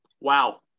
wow